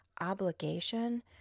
obligation